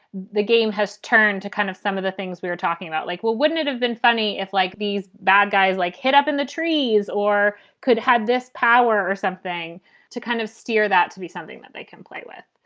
the game has turned to kind of some of the things we talking about, like, well, wouldn't it have been funny if, like, these bad guys, like, hit up in the trees or could have this power or something to kind of steer that to be something that they can play with?